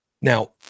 Now